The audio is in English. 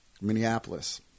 Minneapolis